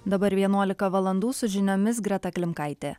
dabar vienuolika valandų su žiniomis greta klimkaitė